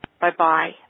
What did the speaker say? Bye-bye